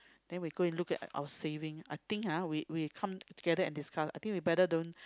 then we go look at our saving I think ha we we come together and discuss I think we better don't